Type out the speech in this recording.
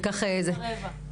ב-13:15.